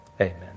Amen